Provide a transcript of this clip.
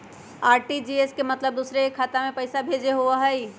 RTGS के मतलब दूसरे के खाता में पईसा भेजे होअ हई?